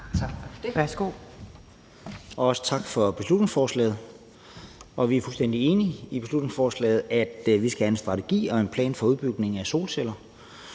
Tak. Og også tak for beslutningsforslaget. Vi er fuldstændig enige i, at vi skal have en strategi og en plan for udbygning af solceller.